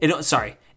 sorry